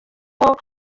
aho